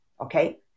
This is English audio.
Okay